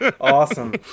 awesome